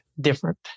different